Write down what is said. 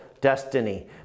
destiny